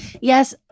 Yes